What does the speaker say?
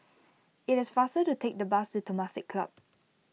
it is faster to take the bus to Temasek Club